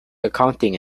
accounting